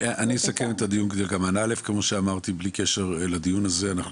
אסכם את הדיון כדלקמן: בלי קשר לדיון הזה אנחנו